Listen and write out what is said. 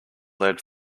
lead